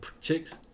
Chicks